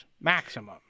Maximum